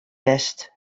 west